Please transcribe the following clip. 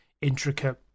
intricate